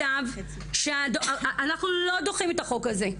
אנחנו לא דוחים את החוק הזה.